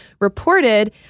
reported